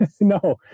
No